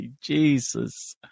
Jesus